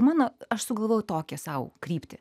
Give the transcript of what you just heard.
mano aš sugalvojau tokią sau kryptį